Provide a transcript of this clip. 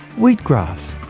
wheat grass,